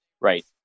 right